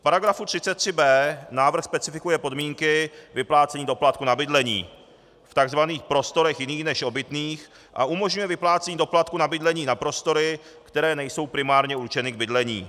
V § 33b návrh specifikuje podmínky vyplácení doplatku na bydlení v takzvaných prostorech jiných než obytných a umožňuje vyplácení doplatku na bydlení na prostory, které nejsou primárně určeny k bydlení.